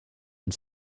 and